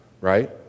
Right